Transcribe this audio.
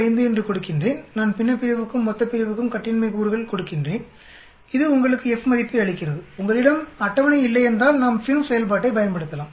05 என்று கொடுக்கின்றேன் நான் பின்னப்பிரிவுக்கும் மொத்தப்பிரிவுக்கும் கட்டின்மை கூறுகள் கொடுக்கின்றேன் இது உங்களுக்கு F மதிப்பை அளிக்கிறது உங்களிடம் அட்டவணை இல்லையென்றால் நாம் FINV செயல்பாட்டைப் பயன்படுத்தலாம்